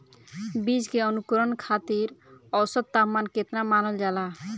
बीज के अंकुरण खातिर औसत तापमान केतना मानल जाला?